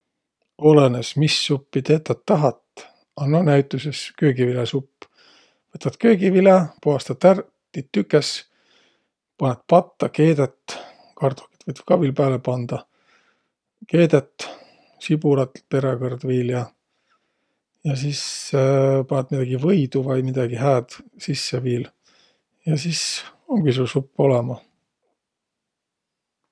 Olõnõs, mis suppi tetäq tahat. A no näütüses köögiviläsupp. Võtat köögivilä, puhastat ärq, tiit tükes, panõt patta, keedät. Kardohkit võit ka viil pääle pandaq. Keedät, sibulat peräkõrd viil ja. Ja sis panõt midägi võidu vai midägi hääd sisse viil ja sis umgi sul supp olõmah.